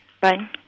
Bye